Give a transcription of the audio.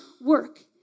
work